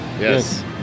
Yes